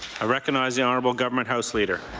recognize the honourable government house leader.